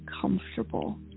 comfortable